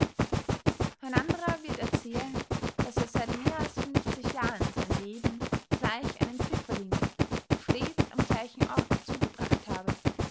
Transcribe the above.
ein anderer wird erzehlen daß er seit mehr als fünfzig jahren sein leben gleich einem pfifferlinge stets am gleichen orte zugebracht habe